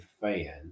fan